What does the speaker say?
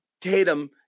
Tatum